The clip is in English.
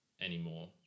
anymore